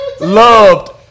loved